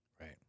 Right